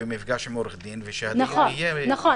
מפגש עם עורך דין ושהדיון יהיה --- נכון,